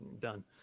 Done